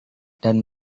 dan